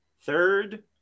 third